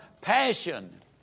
passion